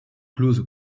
clauses